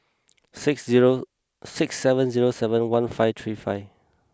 six zero six seven zero seven one five three five